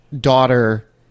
daughter